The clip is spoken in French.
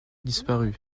disparu